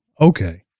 Okay